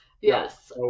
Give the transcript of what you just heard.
Yes